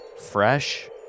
fresh